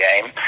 game